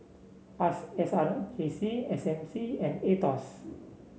S R J C S M C and Aetos